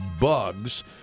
bugs